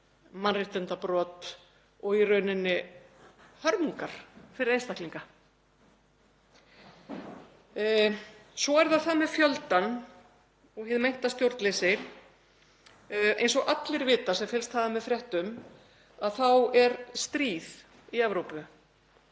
mannréttindabrot og í raun hörmungar fyrir einstaklinga. Svo er það þetta með fjöldann og hið meinta stjórnleysi. Eins og allir vita sem fylgst hafa með fréttum þá er stríð í Evrópu.